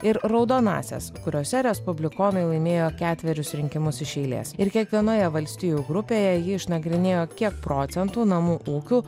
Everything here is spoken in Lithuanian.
ir raudonąsias kuriose respublikonai laimėjo ketverius rinkimus iš eilės ir kiekvienoje valstijų grupėje ji išnagrinėjo kiek procentų namų ūkių